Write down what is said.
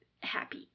happy